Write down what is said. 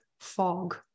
fog